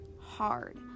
hard